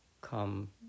come